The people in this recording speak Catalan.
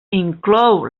inclou